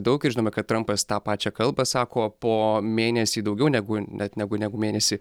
daug ir žinome kad trampas tą pačią kalbą sako po mėnesį daugiau negu net negu negu mėnesį